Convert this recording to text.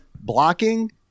blocking